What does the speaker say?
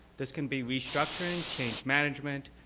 this can be restructuring, change management,